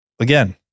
again